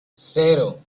cero